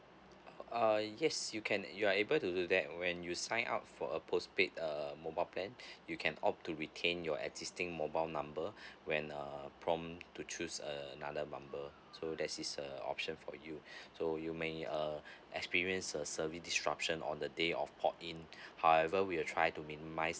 uh yes you can uh you are able to do that when you sign up for a postpaid uh mobile plan you can opt to retain your existing mobile number when uh prompt to choose another number so this is a option for you so you may uh experience a service disruption on the day of port in however we will try to minimise